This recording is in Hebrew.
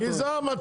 כי זה המצב.